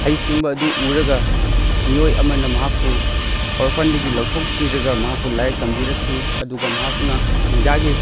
ꯍꯩꯁꯤꯡꯕ ꯑꯗꯨ ꯎꯔꯒ ꯃꯤꯑꯣꯏ ꯑꯃꯅ ꯃꯍꯥꯛꯄꯨ ꯑꯣꯔꯐꯥꯟꯗꯒꯤ ꯂꯧꯊꯣꯛꯄꯤꯔꯒ ꯃꯍꯥꯛꯄꯨ ꯂꯥꯏꯔꯤꯛ ꯇꯝꯕꯤꯔꯛꯈꯤ ꯑꯗꯨꯒ ꯃꯍꯥꯛꯅ ꯏꯟꯗꯤꯌꯥꯒꯤ